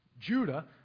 Judah